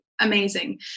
amazing